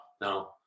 no